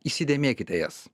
įsidėmėkite jas